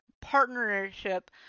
partnership